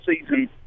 season